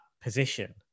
position